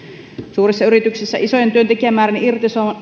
suurissa yrityksissä isojen työntekijämäärien irtisanominen